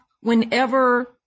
whenever